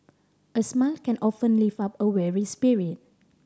a smile can often lift up a weary spirit